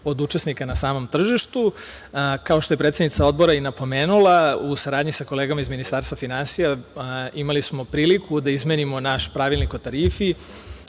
od učesnika na samom tržištu. Kao što je predsednica odbora i napomenula, u saradnji sa kolegama iz Ministarstva finansija imali smo priliku da izmeni naš Pravilnik o tarifi,